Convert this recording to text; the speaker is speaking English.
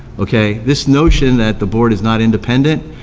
okay, this notion that the board is not independent,